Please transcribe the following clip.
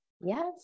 Yes